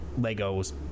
legos